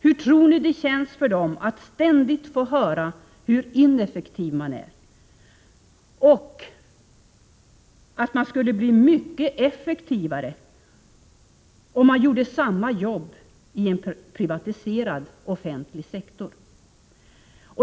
Hur tror ni det känns för dem att ständigt få höra hur ineffektiva de är och att de skulle bli mycket effektivare om de gjorde samma jobb i en privatiserad ”offentlig sektor”.